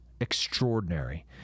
extraordinary